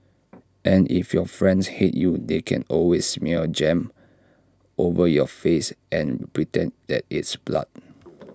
and if your friends hate you they can always smear jam over your face and pretend that it's blood